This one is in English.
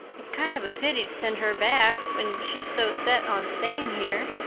it's kind of a pity to send her back when she's so set on staying here.